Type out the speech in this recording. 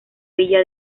villa